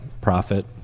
profit